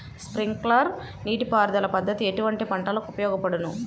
Sprinkler నీటిపారుదల పద్దతి ఎటువంటి పంటలకు ఉపయోగపడును?